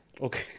Okay